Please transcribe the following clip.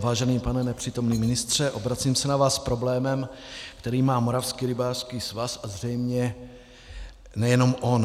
Vážený pane nepřítomný ministře, obracím se na vás s problémem, který má Moravský rybářský svaz, a zřejmě nejenom on.